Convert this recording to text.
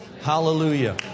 Hallelujah